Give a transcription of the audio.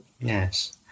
Yes